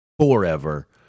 forever